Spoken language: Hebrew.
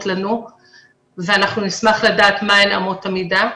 לנו ואנחנו נשמח לדעת מה הן אמות המידה,